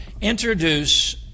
introduce